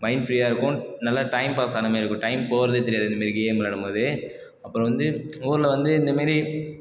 mind ஃபிரீயாக இருக்கும் நல்லா டைம் பாஸ் ஆனா மாரி இருக்கும் டைம் போகிறதே தெரியாது இதுமாரி கேம் விளையாடும் போது அப்புறம் வந்து ஊரில் வந்து இந்தமாரி